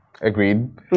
Agreed